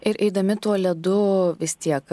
ir eidami tuo ledu vis tiek